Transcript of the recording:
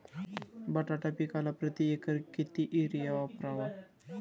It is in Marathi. बटाटा पिकाला प्रती एकर किती युरिया वापरावा?